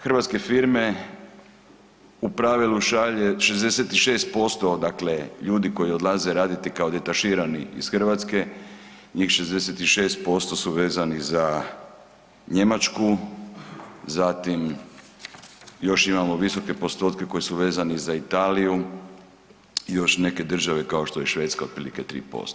Hrvatske firme u pravilu šalje 66% dakle ljudi koji odlaze raditi kao detaširani iz Hrvatske, njih 66% su vezani za Njemačku, zatim još imamo visoke postotke koji su vezani za Italiju i još neke države kao što je Švedska otprilike 3%